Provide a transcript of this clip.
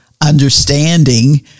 understanding